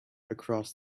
across